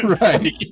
Right